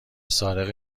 سارق